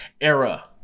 era